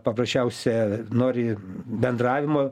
paprasčiausia nori bendravimo